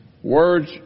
Words